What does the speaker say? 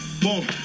Boom